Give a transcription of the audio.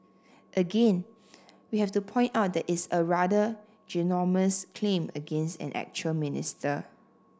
again we have to point out that it's a rather ginormous claim against an actual minister